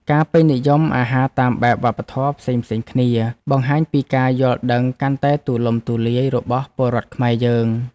ការពេញនិយមអាហារតាមបែបវប្បធម៌ផ្សេងៗគ្នាបង្ហាញពីការយល់ដឹងកាន់តែទូលំទូលាយរបស់ពលរដ្ឋខ្មែរយើង។